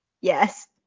yes